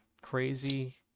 crazy